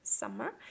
summer